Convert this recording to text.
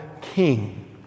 king